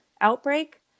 outbreak